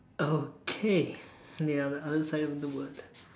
okay the other other side of the world